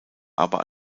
aber